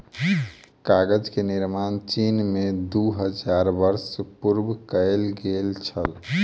कागज के निर्माण चीन में दू हजार वर्ष पूर्व कएल गेल छल